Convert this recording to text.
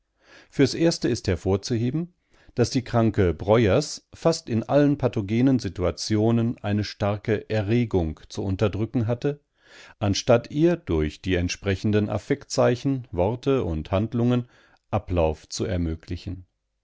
fürs erste ist hervorzuheben daß die kranke breuers fast in allen pathogenen situationen eine starke erregung zu unterdrücken hatte anstatt ihr durch die entsprechenden affektzeichen worte und handlungen ablauf zu ermöglichen